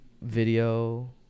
video